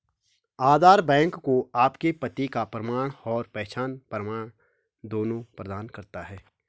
आधार bank को आपके पते का प्रमाण और पहचान प्रमाण दोनों प्रदान करता है